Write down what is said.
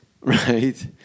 right